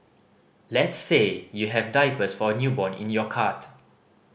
let's say you have diapers for a newborn in your cart